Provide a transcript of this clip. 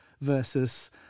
versus